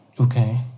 Okay